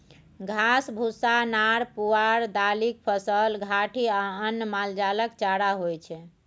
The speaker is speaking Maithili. घास, भुस्सा, नार पुआर, दालिक फसल, घाठि आ अन्न मालजालक चारा होइ छै